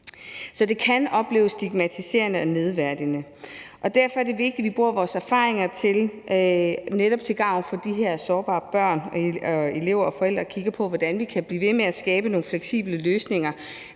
Så det kan opleves stigmatiserende og nedværdigende, og derfor er det vigtigt, at vi bruger vores erfaringer netop til gavn for de her sårbare børn, elever og forældre og kigger på, hvordan vi kan blive ved med at skabe nogle fleksible løsninger,